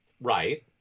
right